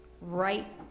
right